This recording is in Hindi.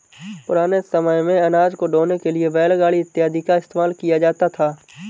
पुराने समय मेंअनाज को ढोने के लिए बैलगाड़ी इत्यादि का इस्तेमाल किया जाता था